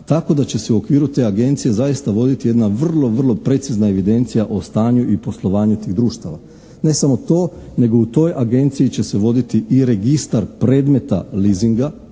tako da će se u okviru te agencije zaista voditi jedna vrlo, vrlo precizna evidencija o stanju i poslovanju tih društava. Ne samo to nego u toj agenciji će se voditi i registar predmeta leasinga